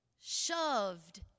shoved